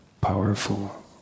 powerful